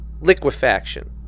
Liquefaction